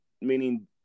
meaning